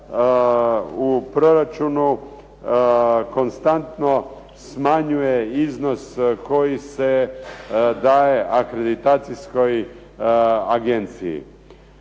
u proračunu konstantno smanjuje iznos koji se daje akreditacijskoj agenciji.